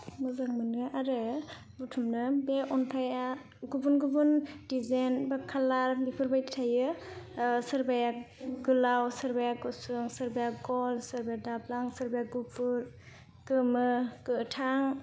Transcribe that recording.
मोजां मोनो आरो बुथुमनो बे अन्थाया गुबुन गुबुन डिजायन एबा खालार बेफोरबायदि थायो सोरबाया गोलाव सोरबाया गुसुं सोरबाया गल सोरबाया दाब्लां सोरबाया गुफुर गोमो गोथां